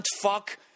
fuck